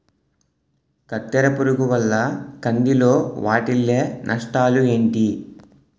కత్తెర పురుగు వల్ల కంది లో వాటిల్ల నష్టాలు ఏంటి